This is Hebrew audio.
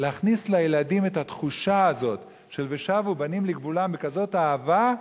להכניס לילדים את התחושה הזאת של "ושבו בנים לגבולם" בכזאת אהבה,